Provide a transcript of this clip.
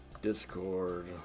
Discord